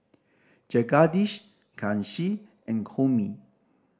Jagadish Kanshi and Homi